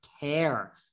care